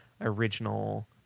original